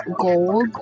gold